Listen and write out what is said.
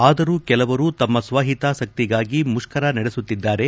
ಆದರೂ ಕೆಲವರು ತಮ್ಮ ಸ್ವಹಿತಾಸಕ್ತಿಗಾಗಿ ಮುಷ್ತರ ನಡೆಸುತ್ತಿದ್ದಾರೆ